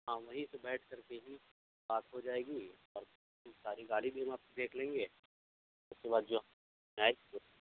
ہاں وہیں سے بیٹھ کر کے ہی بات ہو جائے گی اور ساری گاڑی بھی ہم آپ کی دیکھ لیں گے اس کے بعد جو میں آئے گی وہ